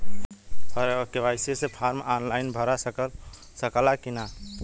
KYC form online भरा सकला की ना?